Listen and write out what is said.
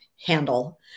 handle